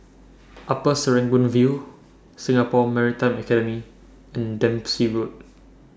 Upper Serangoon View Singapore Maritime Academy and Dempsey Road